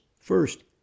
first